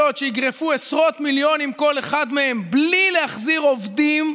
אף אחד לא מדבר איתם ואף אחד לא אומר להם מה